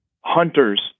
hunters